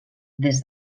des